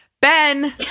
ben